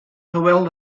hywel